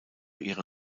ihrer